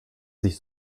sich